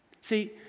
see